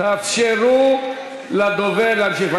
תאפשרו לדובר להמשיך,